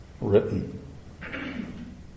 written